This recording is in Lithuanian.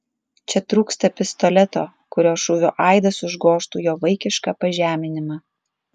čia trūksta pistoleto kurio šūvio aidas užgožtų jo vaikišką pažeminimą